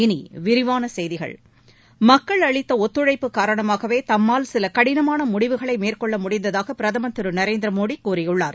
இனி விரிவான செய்திகள் மக்கள் அளித்த ஒத்துழைப்பு காரணமாகவே தம்மால் சில கடினமான முடிவுகளை மேற்கொள்ள முடிந்ததாக பிரதமர் திரு நரேந்திர மோடி கூறியுள்ளார்